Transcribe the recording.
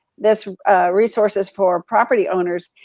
this resources for property owners,